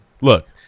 Look